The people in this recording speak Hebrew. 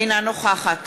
אינה נוכחת